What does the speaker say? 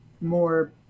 more